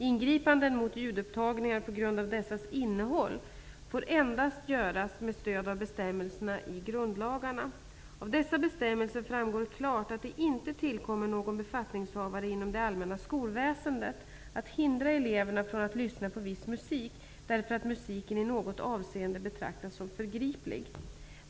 Ingripanden mot ljudupptagningar på grund av dessas innehåll får endast göras med stöd av bestämmelserna i grundlagarna. Av dessa bestämmelser framgår klart att det inte tillkommer någon befattningshavare inom det allmänna skolväsendet att hindra eleverna från att lyssna på viss musik, därför att musiken i något avseende betraktas som förgriplig.